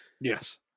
Yes